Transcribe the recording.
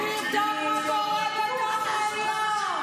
למה אתה פוחד מאור השמש?